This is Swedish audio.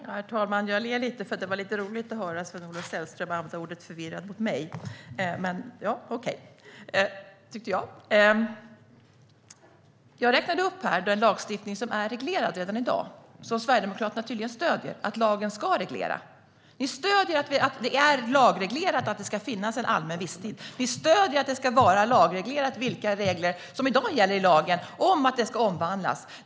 Herr talman! Jag ler lite, för det var lite roligt att höra Sven-Olof Sällström använda ordet förvirrad mot mig. Det tyckte jag. Men okej. Jag räknade upp den lagstiftning som är reglerad redan i dag, det som Sverigedemokraterna tydligen stöder att lagen ska reglera. Ni stöder att det är lagreglerat att det ska finnas allmän visstid. Ni stöder att det vara lagreglerat vilka regler om att det ska omvandlas som gäller i dag.